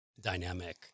dynamic